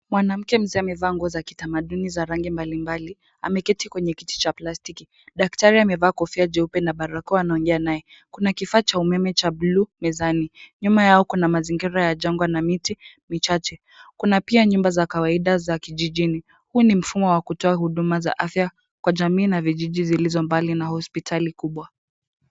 Mwanamke mzee amevaa nguo za kitamaduni za rangi mbalimbali, ameketi kwenye kiti cha plastiki. Daktari amevaa kofia jeupe na barakoa anaogea naye. Kuna kifaa cha umeme cha bluu mezani, nyuma yao kuna mazingira ya jangwa na miti michache, kuna pia nyumba za kawaida za kijijini, huu ni mfumo wa kutoa huduma za afya kwa jamii na vijiji zilizo mbali na hospitali kubwa.